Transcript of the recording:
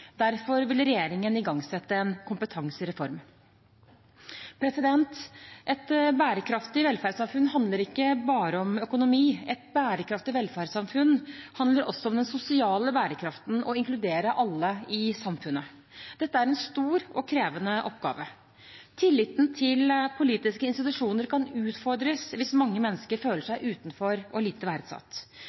Derfor vil regjeringen igangsette en kompetansereform. Et bærekraftig velferdssamfunn handler ikke bare om økonomi. Et bærekraftig velferdssamfunn handler også om den sosiale bærekraften – å inkludere alle i samfunnet. Dette er en stor og krevende oppgave. Tilliten til politiske institusjoner kan utfordres hvis mange mennesker føler seg utenfor og lite verdsatt.